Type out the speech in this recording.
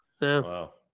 Wow